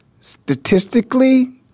statistically